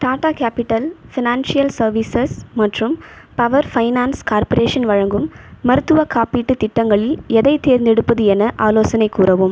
Tata capital financial services மற்றும் power finance corporation வழங்கும் மருத்துவக் காப்பீட்டுத் திட்டங்களில் எதைத் தேர்ந்தெடுப்பது என ஆலோசனை கூறவும்